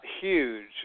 huge